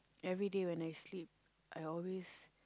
everyday when I sleep I always